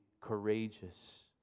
courageous